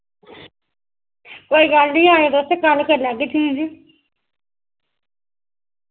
कोई गल्ल नि आयो तुस कल कर लैगे ठीक